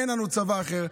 אין לנו צבא אחר,